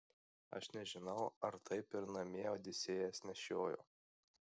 aš nežinau ar taip ir namie odisėjas nešiojo